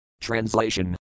Translation